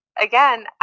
Again